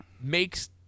makes